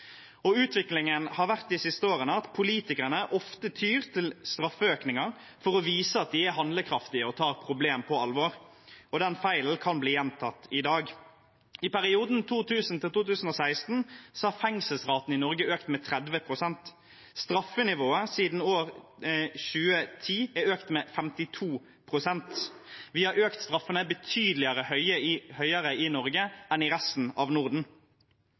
Utviklingen de siste årene har vært at politikerne ofte tyr til økning av straff for å vise at de er handlekraftige og tar et problem på alvor, og den feilen kan bli gjentatt i dag. I perioden 2000–2016 har fengselsraten i Norge økt med 30 pst. Straffenivået siden 2010 er økt med 52 pst. Vi har økt straffene, betydelig høyere i Norge enn i resten av Norden.